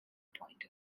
point